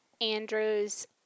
Andrew's